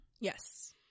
Yes